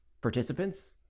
participants